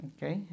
Okay